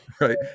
right